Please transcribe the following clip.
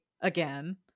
again